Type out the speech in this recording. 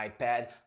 iPad